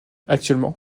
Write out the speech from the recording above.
actuellement